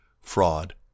Fraud